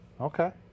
Okay